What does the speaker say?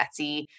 Etsy